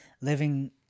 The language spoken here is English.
living